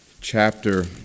chapter